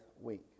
week